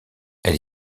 elle